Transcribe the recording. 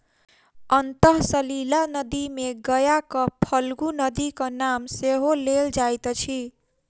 अंतः सलिला नदी मे गयाक फल्गु नदीक नाम सेहो लेल जाइत अछि